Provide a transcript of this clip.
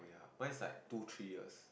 mine is like two three years